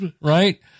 Right